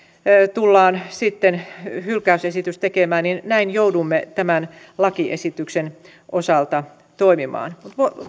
tullaan sitten hylkäysesitys tekemään niin näin joudumme tämän lakiesityksen osalta toimimaan